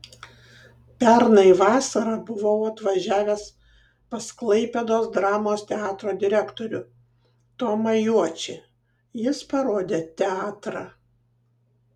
pernai vasarą buvau atvažiavęs pas klaipėdos dramos teatro direktorių tomą juočį jis parodė teatrą